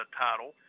title